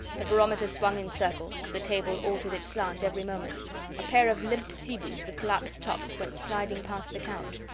the barometer swung in circles, the table altered its slant every moment a pair of limp sea-boots with collapsed tops went sliding past the couch.